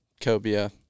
Cobia